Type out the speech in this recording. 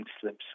slips